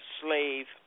slave